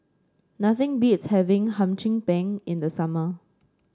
nothing beats having Hum Chim Peng in the summer